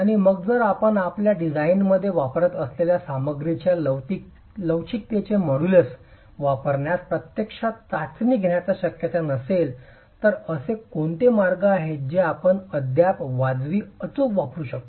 आणि मग जर आपण आपल्या डिझाइनमध्ये वापरत असलेल्या सामग्रीच्या लवचिकतेचे मॉड्यूलस वापरण्यास प्रत्यक्षात चाचणी घेण्याची शक्यता नसेल तर असे कोणतेही मार्ग आहेत जे आपण अद्याप वाजवी अचूक वापरू शकता